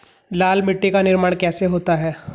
लाल मिट्टी का निर्माण कैसे होता है?